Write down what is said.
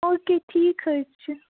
او کے ٹھیٖک حظ چھُ